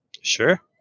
Sure